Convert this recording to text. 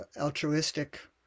altruistic